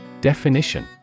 Definition